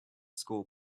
school